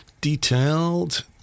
Detailed